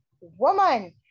woman